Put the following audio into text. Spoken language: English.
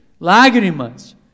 lágrimas